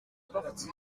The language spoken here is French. porte